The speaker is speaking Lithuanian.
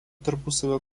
tarpusavio